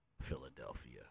Philadelphia